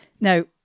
Now